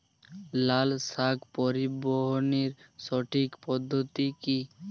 লালশাক পরিবহনের সঠিক পদ্ধতি কি?